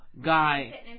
guy